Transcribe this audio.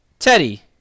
Teddy